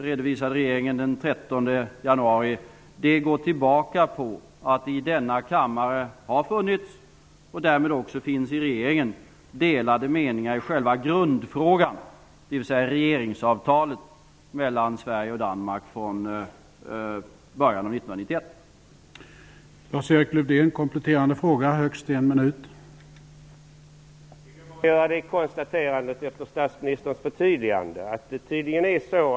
Det har sin grund i att det i denna kammare, och därmed också i regeringen, har funnits och finns delade meningar i själva grundfrågan, dvs. regeringsavtalet mellan Sverige och Danmark från början av 1991.